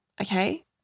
okay